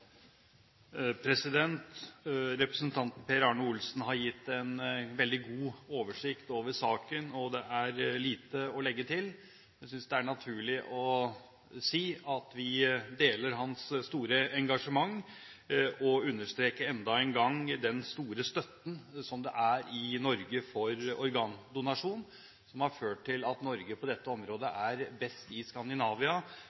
Representanten Per Arne Olsen har gitt en veldig god oversikt over saken, og det er lite å legge til. Jeg synes det er naturlig å si at vi deler hans store engasjement, og understreke enda en gang den store støtten det er i Norge for organdonasjon, og som har ført til at Norge på dette området